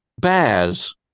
Baz